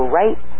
right